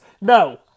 No